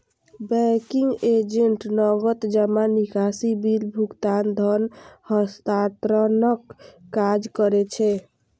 banking agent नकद जमा, निकासी, बिल भुगतान, धन हस्तांतरणक काज करै छै